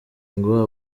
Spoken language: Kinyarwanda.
ngo